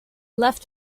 left